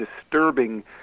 disturbing